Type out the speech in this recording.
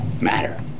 matter